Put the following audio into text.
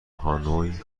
هانوی